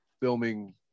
filming